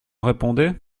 répondez